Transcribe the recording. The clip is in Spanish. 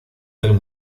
del